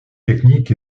technique